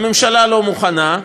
הממשלה לא מוכנה,